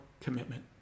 commitment